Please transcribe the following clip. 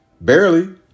barely